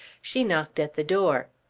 she knocked at the door.